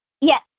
Yes